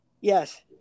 yes